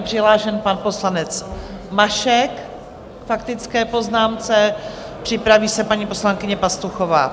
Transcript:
Přihlášen je pan poslanec Mašek k faktické poznámce, připraví se paní poslankyně Pastuchová.